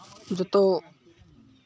ᱡᱚᱛᱚ